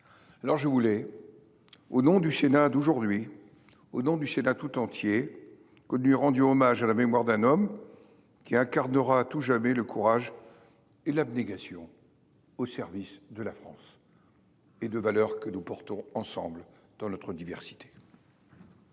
Alors je voulais. Au nom du Sénat d'aujourd'hui au nom du Sénat tout entier. Rendu hommage à la mémoire d'un homme. Qui incarnera à tout jamais le courage. Et l'abnégation au service de la France. Et de valeurs que nous portons ensemble dans notre diversité.